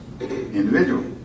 individual